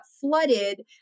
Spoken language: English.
flooded